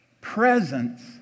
presence